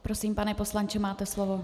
Prosím, pane poslanče, máte slovo.